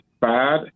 bad